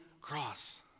cross